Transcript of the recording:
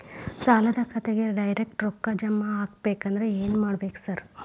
ಸಾಲದ ಖಾತೆಗೆ ಡೈರೆಕ್ಟ್ ರೊಕ್ಕಾ ಜಮಾ ಆಗ್ಬೇಕಂದ್ರ ಏನ್ ಮಾಡ್ಬೇಕ್ ಸಾರ್?